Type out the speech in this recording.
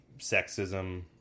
Sexism